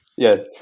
Yes